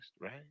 right